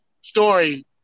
story